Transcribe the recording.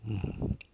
mm